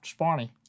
Spawny